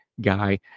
guy